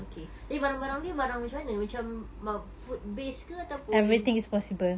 okay tapi barang-barang dia barang macam mana macam uh food based ke ataupun